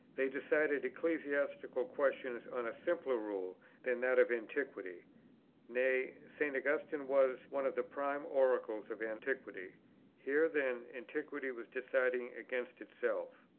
they decided ecclesiastical questions on a simpler rule than that of antiquity nay, st. augustine was one of the prime oracles of antiquity here then antiquity was deciding against itself.